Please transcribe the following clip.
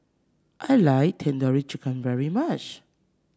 I like Tandoori Chicken very much